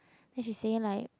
and she saying like